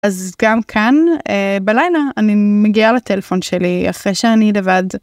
אז גם כאן בלילה אני מגיעה לטלפון שלי אחרי שאני לבד.